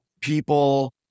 people